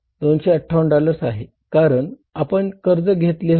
258 dollars आहे कारण आपण कर्ज घेतले होते